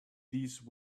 these